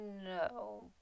no